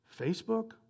Facebook